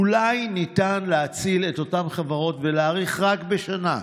אולי ניתן להציל את אותן חברות ולהאריך רק בשנה,